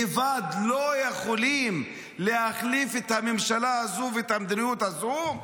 לבד לא יכולים להחליף את הממשלה הזו ואת המדיניות הזו,